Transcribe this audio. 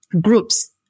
groups